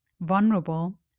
vulnerable